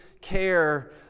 care